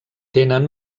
tenen